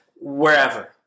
wherever